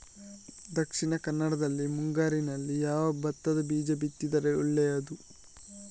ದಕ್ಷಿಣ ಕನ್ನಡದಲ್ಲಿ ಮುಂಗಾರಿನಲ್ಲಿ ಯಾವ ಭತ್ತದ ಬೀಜ ಬಿತ್ತಿದರೆ ಒಳ್ಳೆಯದು?